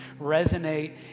resonate